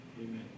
Amen